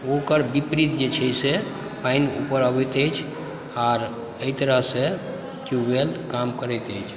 ओकर विपरीत जे छै से पानि ऊपर अबैत अछि आर एहि तरहसँ ट्यूबवेल काम करैत अछि